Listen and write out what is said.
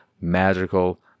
magical